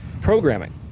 programming